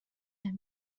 him